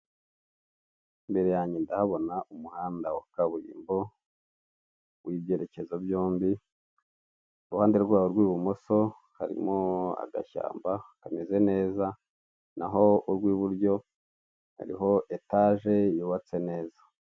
Imbere yanjye ndahabona umuhanda wa kaburimbo w'ibyerekezo byombi iruhande rwabo rw'ibumoso harimo agashyamba kameze neza naho urw'iburyo hariho etage yubatse neza.